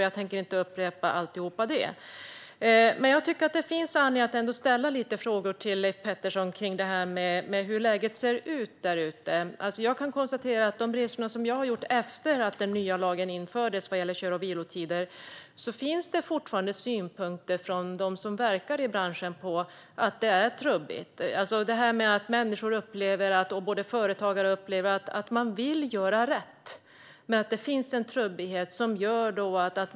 Jag tänker inte upprepa allt som blivit sagt, men jag tycker att det ändå finns anledning att ställa lite frågor till Leif Pettersson om hur läget egentligen ser ut. På de resor som jag har gjort efter att den nya lagen om kör och vilotider infördes har jag kunnat konstatera att det fortfarande finns synpunkter från dem som verkar i branschen om att det är trubbigt. Företagare vill göra rätt, men det finns en trubbighet.